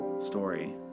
story